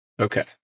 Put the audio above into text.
Okay